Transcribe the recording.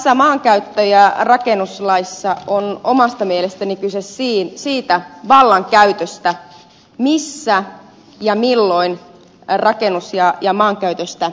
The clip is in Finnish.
tässä maankäyttö ja rakennuslaissa on omasta mielestäni kyse siitä vallankäytöstä missä ja milloin rakentamisesta ja maankäytöstä päätetään